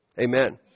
Amen